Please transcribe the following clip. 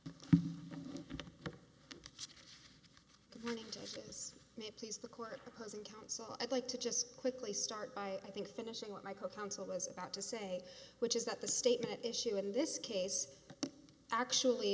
counsel i'd like to just quickly start by i think finishing what my co counsel is about to say which is that the statement issued in this case actually